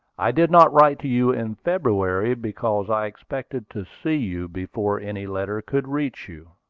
i did not write to you in february, because i expected to see you before any letter could reach you.